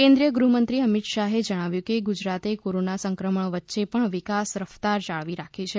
કેન્દ્રીય ગૃહ મંત્રી અમિત શાહે જણાવ્યું કે ગુજરાતે કોરોના સંક્રમણ વચ્ચે પણ વિકાસ રફતાર જાળવી રાખી છે